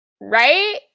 right